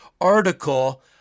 article